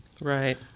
right